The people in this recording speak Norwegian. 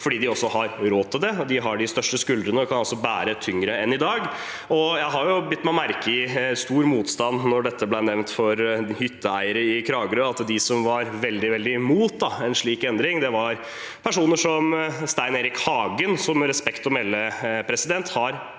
fordi de har råd til det. De har de største skuldrene og kan bære tyngre enn i dag. Jeg har bitt meg merke i at det var stor motstand da dette ble nevnt for hytteeiere i Kragerø, og at de som var veldig, veldig imot en slik endring, var personer som Stein Erik Hagen, som med respekt å melde absolutt